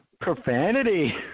profanity